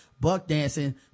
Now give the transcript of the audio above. buck-dancing